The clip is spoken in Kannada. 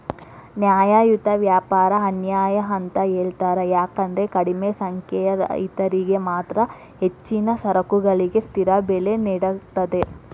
ನ್ಯಾಯಯುತ ವ್ಯಾಪಾರ ಅನ್ಯಾಯ ಅಂತ ಹೇಳ್ತಾರ ಯಾಕಂದ್ರ ಕಡಿಮಿ ಸಂಖ್ಯೆಯ ರೈತರಿಗೆ ಮಾತ್ರ ಹೆಚ್ಚಿನ ಸರಕುಗಳಿಗೆ ಸ್ಥಿರ ಬೆಲೆ ನೇಡತದ